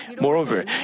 Moreover